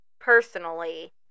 personally